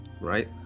right